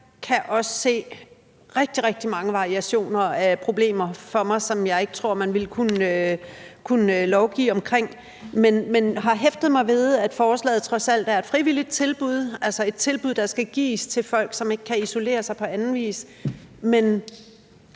kan se rigtig mange variationer af problemer for mig, som jeg ikke tror man vil kunne lovgive om, men jeg har hæftet mig ved, at forslaget trods alt er et frivilligt tilbud, altså et tilbud, der skal gives til folk, som ikke kan isolere sig på anden vis, men